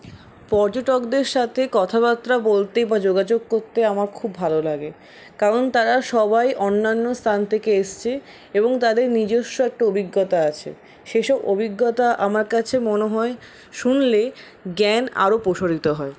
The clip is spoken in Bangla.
পর্যটকদের সাথে কথাবার্তা বলতে বা যোগাযোগ করতে আমার খুব ভালো লাগে কারণ তারা সবাই অন্যান্য স্থান থেকে এসছে এবং তাদের নিজস্ব একটা অভিজ্ঞতা আছে সে সব অভিজ্ঞতা আমার কাছে মনে হয় শুনলে জ্ঞান আরও প্রসারিত হয়